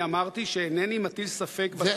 אני אמרתי שאינני מטיל ספק בסכנה האירנית,